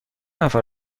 نفر